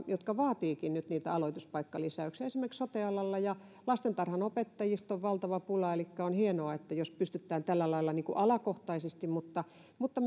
jotka vaativatkin nyt niitä aloituspaikkalisäyksiä esimerkiksi sote alalla ja lastentarhanopettajista on valtava pula elikkä on hienoa jos pystytään lisäämään tällä lailla alakohtaisesti mutta mutta